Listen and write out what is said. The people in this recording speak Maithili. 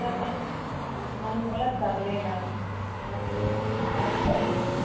सबटा तरले लाएब इएह हमरा